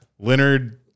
Leonard